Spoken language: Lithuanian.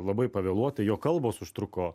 labai pavėluotai jo kalbos užtruko